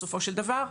בסופו של דבר,